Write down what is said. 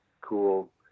cool